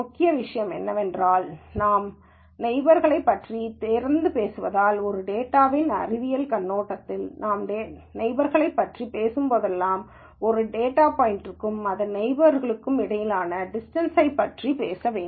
முக்கிய விஷயம் என்னவென்றால் நாம் நெய்பர்ஸ்களைப் பற்றி தொடர்ந்து பேசுவதால் ஒரு டேட்டாஅறிவியல் கண்ணோட்டத்தில் நாம் நெய்பர்ஸ்களைப் பற்றி பேசும்போதெல்லாம் ஒரு டேட்டா பாய்ன்ட்க்கும் அதன் நெய்பர்ஸ்ற்கும் இடையிலான டிஸ்டன்ஸைப் பற்றி பேச வேண்டும்